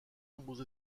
nombreux